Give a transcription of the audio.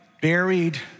buried